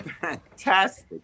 fantastic